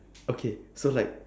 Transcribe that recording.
okay so like